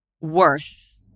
worth